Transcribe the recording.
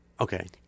Okay